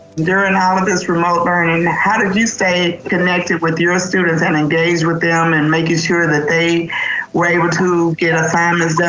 durin' all of this remote learning, how did you stay connected with your ah students and engage with them in and making sure that they were able to get assignments done?